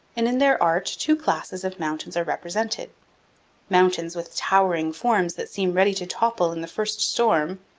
and in their art two classes of mountains are represented mountains with towering forms that seem ready to topple in the first storm,